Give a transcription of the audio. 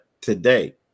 today